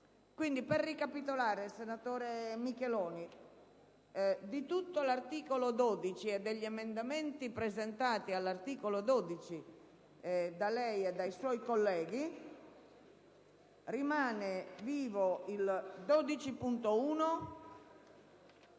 Per ricapitolare, senatore Micheloni, di tutto l'articolo 12 e degli emendamenti presentati all'articolo 12 da lei e dai suoi colleghi, restano gli